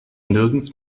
nirgends